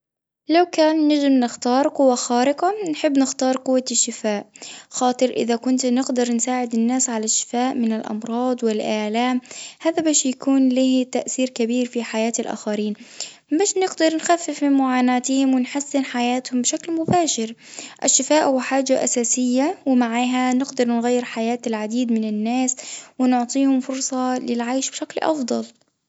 لو كان نجم نختار قوة خارقة بنحب نختار قوة الشفاء، خاطر إذا كنت نقدر نساعد الناس على الشفاء من الأمراض والآلام هذا باش يكون ليه تأثير كبير في حياة الآخرين باش نقدر نخفف من معاناتهم ونحسن حياتهم بشكل مباشر الشفاء هو حاجة أساسية ومعها نقدر نغير حياة العديد من الناس ونعطيهم فرصة للعيش بشكل أفضل.